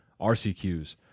RCQs